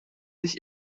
sich